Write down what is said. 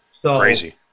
crazy